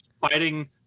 Fighting